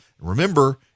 Remember